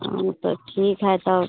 हाँ तो ठीक है तब